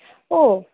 oh